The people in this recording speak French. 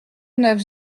neuf